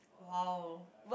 !wow!